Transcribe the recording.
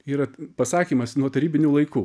yra pasakymas nuo tarybinių laikų